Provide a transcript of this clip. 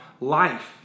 life